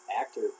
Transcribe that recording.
actor